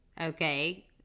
okay